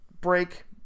break